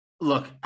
look